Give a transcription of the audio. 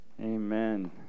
amen